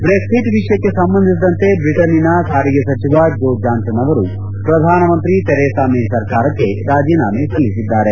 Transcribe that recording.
Brexit ವಿಷಯಕ್ಕೆ ಸಂಬಂಧಿಸಿದಂತೆ ಬ್ರಿಟನ್ನಿನ ಸಾರಿಗೆ ಸಚಿವ ಜೋ ಜಾನ್ಸನ್ ಅವರು ಪ್ರಧಾನಮಂತ್ರಿ ಥೇರೆಸಾ ಮೇ ಸರ್ಕಾರಕ್ಕೆ ರಾಜೇನಾಮೆ ಸಲ್ಲಿಸಿದ್ದಾರೆ